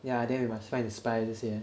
yeah then we must find the spy 这些